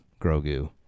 Grogu